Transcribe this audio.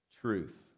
truth